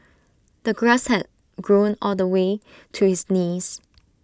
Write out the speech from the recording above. the grass had grown all the way to his knees